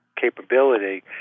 capability